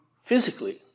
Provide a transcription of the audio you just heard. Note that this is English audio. physically